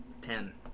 Ten